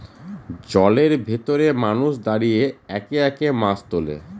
জলের ভেতরে মানুষ দাঁড়িয়ে একে একে মাছ তোলে